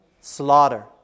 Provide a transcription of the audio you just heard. Slaughter